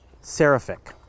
Seraphic